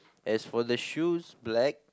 as for the shoes black